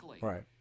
Right